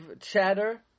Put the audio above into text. chatter